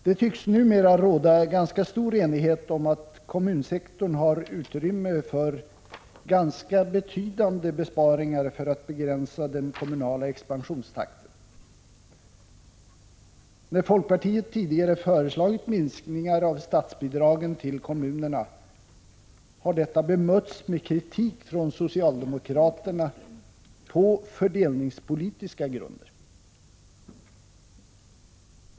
Det tycks numera råda ganska stor enighet om att kommunsektorn har utrymme för ganska betydande besparingar för att begränsa den kommunala expansionstakten. När folkpartiet tidigare föreslagit minskningar av statsbidragen till kommunerna har detta bemötts med kritik från socialdemokraterna på fördelningspolitiska grunder.